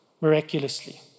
miraculously